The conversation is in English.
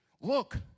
Look